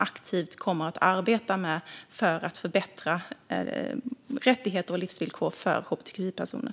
Vi kommer att arbeta aktivt för att förbättra rättigheter och livsvillkor för hbtqi-personer.